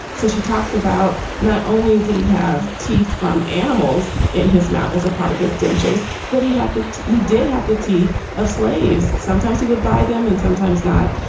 so she talks about not only did he have teeth from animals in his mouth as a part of his dentures, but he had to. he did have the teeth of slaves. sometimes he would buy them and sometimes not.